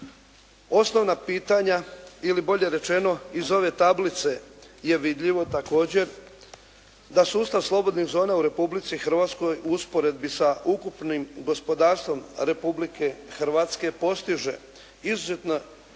Osnovna pitanja ili bolje rečeno iz ove tablice je vidljivo također, da sustav slobodnih zona u Republici Hrvatskoj u usporedbi sa ukupnim gospodarstvom Republike Hrvatske postiže izuzetno